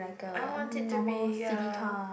I want it to be a